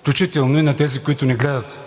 включително и на тези, които ни гледат.